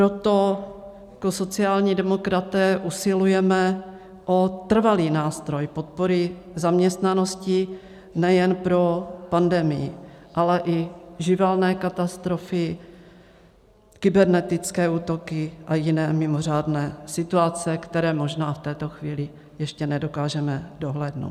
Proto jako sociální demokraté usilujeme o trvalý nástroj podpory zaměstnanosti nejen pro pandemii, ale i živelné katastrofy, kybernetické útoky a jiné mimořádné situace, které možná v této chvíli ještě nedokážeme dohlédnout.